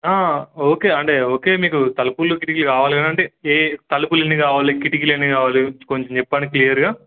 okay అంటే okay మీకు తలుపులు కిటికి కావాలంటే ఏ తలుపులెన్ని కావాలి కిటికిలు ఎన్ని కావాలి కొంచెం చెప్పండి క్లియర్గా